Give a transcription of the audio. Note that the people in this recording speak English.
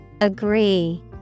Agree